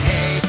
Hey